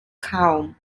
kaum